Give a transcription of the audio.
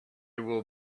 will